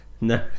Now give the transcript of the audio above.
No